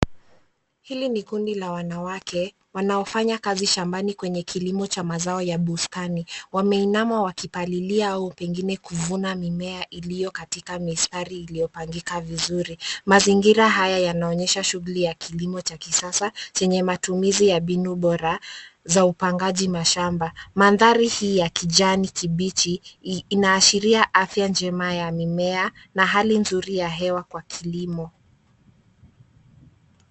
Hili ni kundi la wanawake wanaofanya kazi shambani kwenye kilimo cha mazao ya bustani. Wameinama wakipalilia au pengine kuvuna mimea iliyo katika mistari iliyopangika vizuri. Mazingira haya yanaonyesha shuguli ya kilimo cha kisasa chenye matumizi ya mbinu bora za upangaji mashamba. Mandhari hii ya kijani kibichi, inaashiria afya njema ya mimea na hali nzuri ya hewa kwa kilimo.